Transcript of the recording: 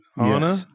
anna